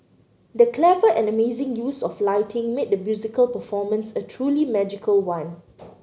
the clever and amazing use of lighting made the musical performance a truly magical one